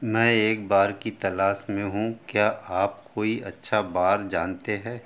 मैं एक बार की तलाश में हूँ क्या आप कोई अच्छा बार जानते है